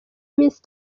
iminsi